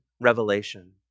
revelation